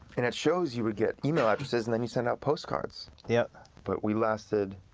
and it shows, you would get email addresses, and then you send out postcards. yeah but we lasted